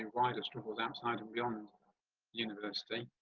and wider struggles outside and beyond university.